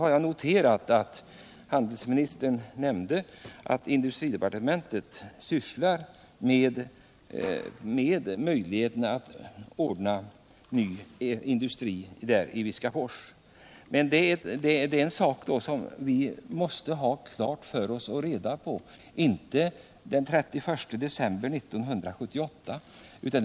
Jag har noterat att handelsministern nämnde att industridepartementet sysslar med möjligheterna att ordna ny industri i Viskafors. Men det är en sak som vi måste få reda på före den 31 december 1978.